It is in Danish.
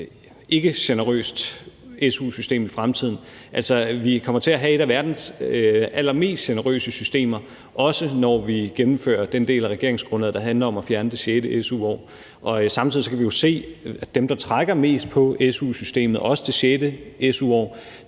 ikkegenerøst su-system i fremtiden. Vi kommer til at have et af verdens allermest generøse su-systemer, også når vi gennemfører den del af regeringsgrundlaget, der handler om at fjerne det sjette su-år. Samtidig kan vi jo se, at dem, der trækker mest på su-systemet, også det sjette su-år,